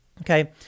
Okay